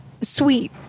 sweet